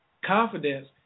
confidence